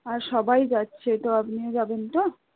আর সবাই যাচ্ছে তো আপনিও যাবেন তো